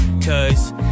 Cause